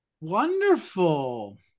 wonderful